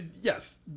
yes